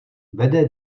vede